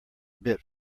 bit